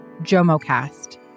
JomoCast